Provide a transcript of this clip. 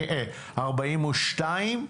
עלה ל-442.